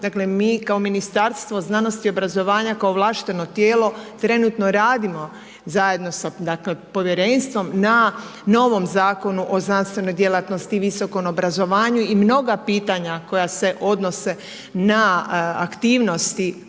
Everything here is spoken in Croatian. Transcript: Dakle, mi kao Ministarstvo znanosti i obrazovanja, kao ovlašteno tijelo trenutno radimo zajedno, dakle s povjerenstvom na novom zakonu o znanstvenoj djelatnosti i visokom obrazovanju i mnoga pitanja koja se odnose na aktivnosti